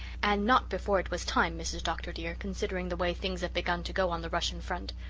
and not before it was time, mrs. dr. dear, considering the way things have begun to go on the russian front.